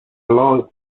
long